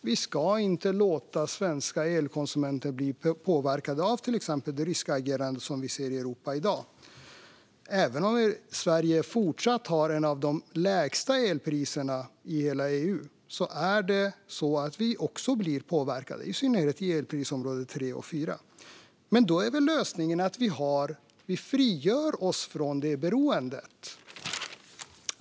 Vi ska inte låta svenska elkonsumenter bli påverkade av till exempel det ryska agerande som vi ser i Europa i dag. Även om Sverige fortsatt har ett av de lägsta elpriserna i hela EU blir vi också påverkade, i synnerhet i elprisområde 3 och 4. Då är väl lösningen att vi frigör oss från det beroendet.